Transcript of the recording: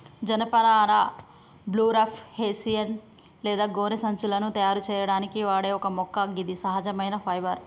జనపనార burlap, hessian లేదా గోనె సంచులను తయారు సేయడానికి వాడే ఒక మొక్క గిది సహజ ఫైబర్